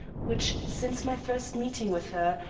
which, since my first meeting with her,